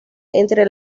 entre